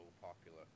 popular